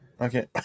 Okay